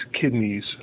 kidneys